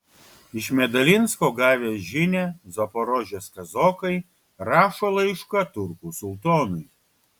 iš medalinsko gavę žinią zaporožės kazokai rašo laišką turkų sultonui